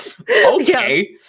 okay